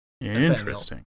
Interesting